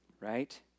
right